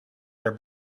their